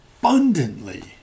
abundantly